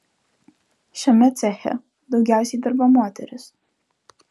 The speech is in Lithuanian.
šiame ceche daugiausiai dirba moterys